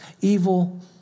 Evil